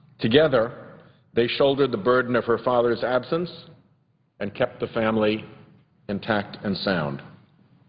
together they shouldered the burden of her father's absence and kept the family intact and sound.